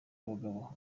abagabo